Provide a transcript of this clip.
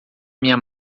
minha